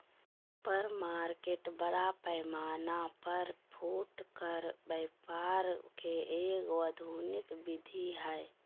supermarket बड़ा पैमाना पर फुटकर व्यापार के एगो आधुनिक विधि हइ